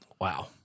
wow